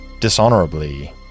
dishonorably